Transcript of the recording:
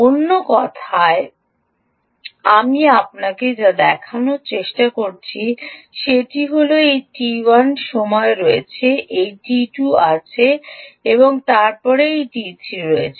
অন্য কথায় আমি আপনাকে যা দেখানোর চেষ্টা করছি সেখানে এই টি 1 সময় রয়েছে এই টি 2 আছে এবং তারপরে এই টি 3 রয়েছে